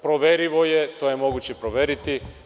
Proverivo je, to je moguće proveriti.